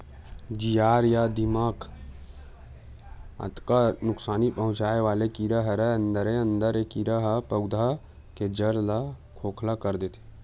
जियार या दिमक अतका नुकसानी पहुंचाय वाले कीरा हरय अंदरे अंदर ए कीरा ह पउधा के जर ल खोखला कर देथे